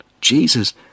Jesus